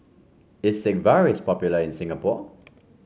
is Sigvaris popular in Singapore